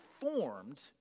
formed